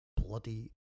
bloody